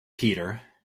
peter